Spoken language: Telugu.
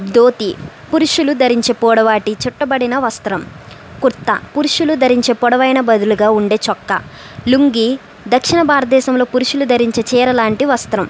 థోతి పురుషులు ధరించే పొడవాటి చుట్టబడిన వస్త్రం కుర్తా పురుషులు ధరించే పొడవైన బదులుగా ఉండే చొక్కా లుంగీ దక్షిణ భారతదేశంలో పురుషులు ధరించే చీరలాంటి వస్త్రం